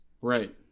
Right